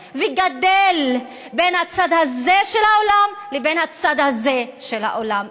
וגדל בין הצד הזה של האולם לבין הצד הזה של האולם.